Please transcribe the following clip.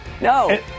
No